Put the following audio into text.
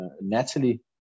Natalie